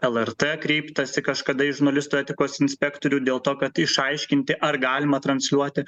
lrt kreiptasi kažkada į žurnalistų etikos inspektorių dėl to kad išaiškinti ar galima transliuoti